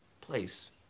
place